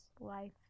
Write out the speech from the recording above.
life